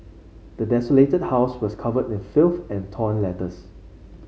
the desolated house was covered in filth and torn letters